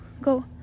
go